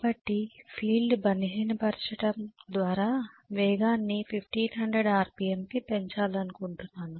కాబట్టి ఫీల్డ్ బలహీనపరచటం ద్వారా వేగాన్ని 1500 ఆర్పిఎమ్ కి పెంచాలనుకుంటున్నాను